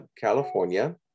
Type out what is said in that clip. California